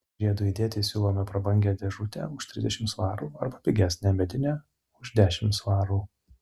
žiedui įdėti siūlome prabangią dėžutę už trisdešimt svarų arba pigesnę medinę už dešimt svarų